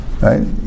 Right